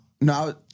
No